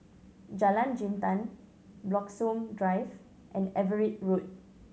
Jalan Jintan Bloxhome Drive and Everitt Road